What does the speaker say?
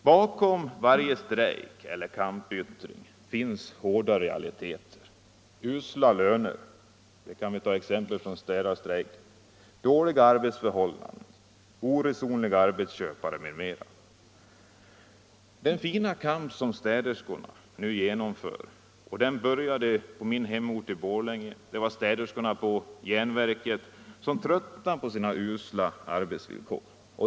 Bakom varje strejk eller annan kampyttring finns hårda realiteter: usla löner — se städstrejken — dåliga arbetsförhållanden, oresonliga arbetsköpare m.m. Den fina kamp som städerskorna nu genomför började på min hemort Borlänge. Det var städerskorna på järnverket som tröttnade på sina usla arbetsvillkor.